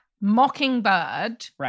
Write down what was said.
Mockingbird